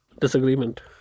Disagreement